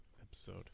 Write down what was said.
episode